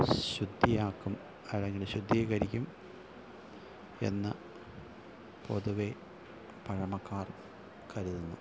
ശുദ്ധിയാക്കും അല്ലെങ്കിൽ ശുദ്ധീകരിക്കും എന്ന് പൊതുവെ പഴമക്കാർ കരുതുന്നു